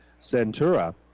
Centura